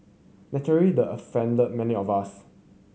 naturally the offended many of us